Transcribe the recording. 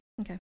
Okay